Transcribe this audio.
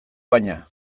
baina